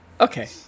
okay